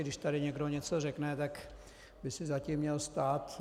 Když tady někdo něco řekne, tak by si za tím měl stát.